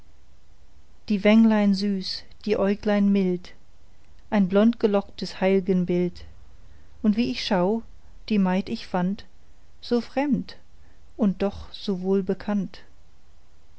die wänglein süß die äuglein mild ein blondgelocktes heilgenbild und wie ich schau die maid ich fand so fremd und doch so